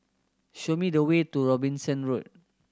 show me the way to Robinson Road